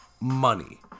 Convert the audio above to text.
money